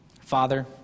Father